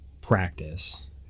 practice